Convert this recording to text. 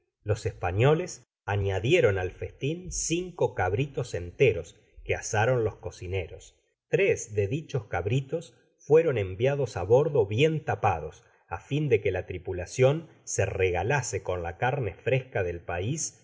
los españoles añadieron al festin cinco cabritos enteres qae asaron los cocineros tres de dichos cabritos fueron enviados á bordo bien tapados á fin de que la tripulacion se regalase con la carne fresca del pais